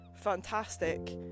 fantastic